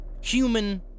Human